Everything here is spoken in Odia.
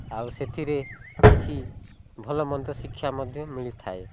ଆଉ ସେଥିରେ କିଛି ଭଲମନ୍ଦ ଶିକ୍ଷା ମଧ୍ୟ ମିଳିଥାଏ